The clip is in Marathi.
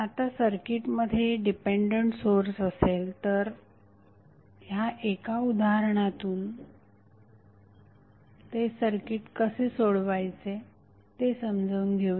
आता सर्किटमध्ये डिपेंडंट सोर्स असेल तर ह्या एका उदाहरणातून ते सर्किट कसे सोडवायचे ते समजून घेऊया